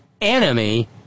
enemy